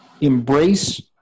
embrace